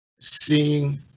Seeing